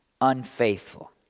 unfaithful